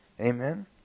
Amen